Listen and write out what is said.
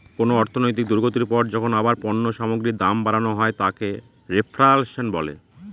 কোন অর্থনৈতিক দুর্গতির পর যখন আবার পণ্য সামগ্রীর দাম বাড়ানো হয় তাকে রেফ্ল্যাশন বলে